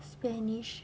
spanish